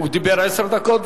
הוא דיבר עשר דקות,